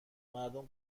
مردم